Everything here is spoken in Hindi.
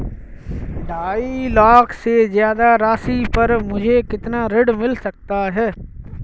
ढाई लाख से ज्यादा राशि पर मुझे कितना ऋण मिल सकता है?